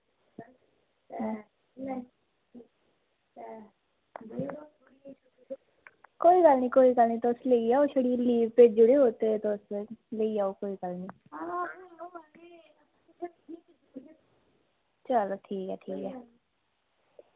कोई गल्ल निं कोई गल्ल निं तुस लेई जाओ ते लीव भेजी ओड़ेओ कोई गल्ल निं लेई जाओ कोई गल्ल निं चलो ठीक ऐ ठीक ऐ